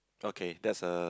okay that's a